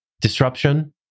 Disruption